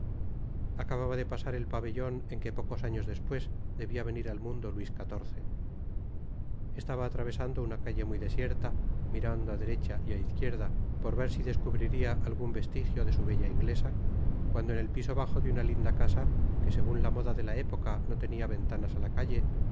acababa de pasar el pabellon en que pocos años despues debia venir al mundo luis xiv estaba atravesando una calle muy desierta mirando á derecha y á izquierda por ver si descubriria algun vestigio de su bella inglesa cuando en el piso bajo de una linda casa que segun la moda de la época no tenia ventanas á la calle vió á